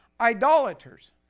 idolaters